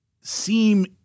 seem